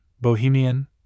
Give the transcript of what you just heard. Bohemian